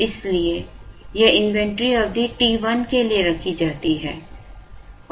इसलिए यह इन्वेंट्री अवधि t 1 के लिए रखी जाती है